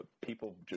people